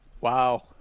Wow